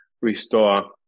restore